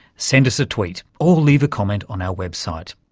send us a tweet or leave a comment on our website.